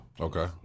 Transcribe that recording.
Okay